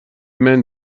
men